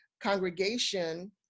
congregation